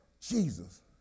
Jesus